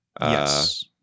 Yes